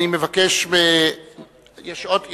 יש עוד שאילתא.